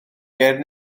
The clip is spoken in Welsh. ger